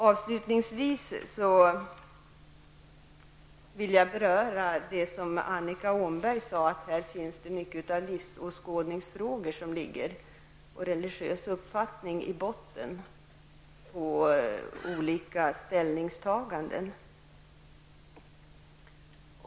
Avslutningsvis vill jag beröra det som Annika Åhnberg sade, att många livsåskådningsfrågor och religiösa uppfattningar ligger i botten på olika ställningstaganden.